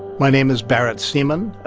my name is barrett seaman.